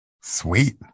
Sweet